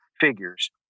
figures